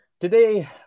Today